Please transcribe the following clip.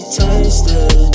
tasted